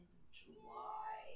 July